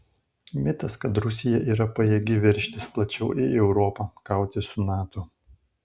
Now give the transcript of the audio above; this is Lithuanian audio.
mitas kad rusija yra pajėgi veržtis plačiau į europą kautis su nato